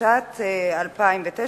התשס"ט 2009,